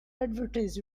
advertise